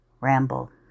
Ramble